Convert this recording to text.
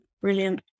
Brilliant